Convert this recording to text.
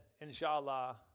inshallah